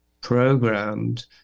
programmed